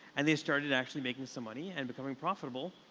and they started actually making some money and becoming profitable,